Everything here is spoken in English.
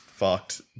fucked